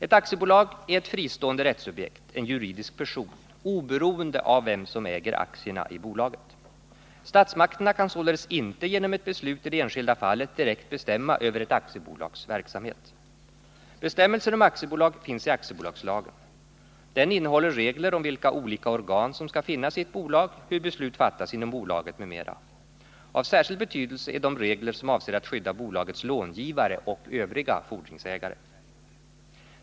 Ett aktiebolag är ett fristående rättssubjekt — en juridisk person — oberoende av vem som äger aktierna i bolaget. Statsmakterna kan således inte genom ett beslut i det enskilda fallet direkt bestämma över ett aktiebolags verksamhet. Bestämmelser om aktiebolag finns i aktiebolagslagen. Den innehåller regler om vilka olika organ som skall finnas i ett bolag, hur beslut fattas inom bolaget m.m. Av särskild betydelse är de regler som avser att skydua bolagets långivare och övriga fordringsägare.